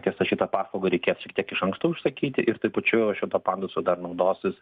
tiesa šitą paslaugą reikės šiek tiek iš anksto užsakyti ir tai pačiu šituo pandusu dar naudosis